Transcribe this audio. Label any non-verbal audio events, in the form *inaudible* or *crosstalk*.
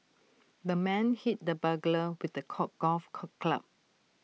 the man hit the burglar with A *noise* golf *noise* club